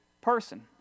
person